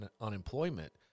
unemployment